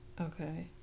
okay